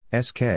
SK